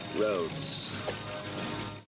Roads